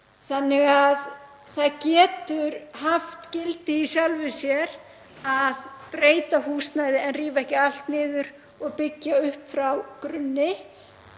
og því getur það haft gildi í sjálfu sér að breyta húsnæði en rífa ekki allt niður og byggja upp frá grunni.